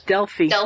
Delphi